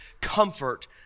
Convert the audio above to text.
comfort